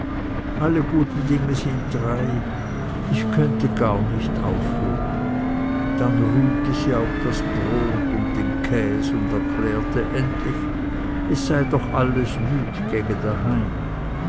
alle guten ding sind drei es dünkt mich ich könne gar nicht aufhören dann rühmte sie auch das brot und den käs und erklärte endlich es sei doch alles nüt gege daheim